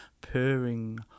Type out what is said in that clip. purring